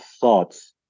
thoughts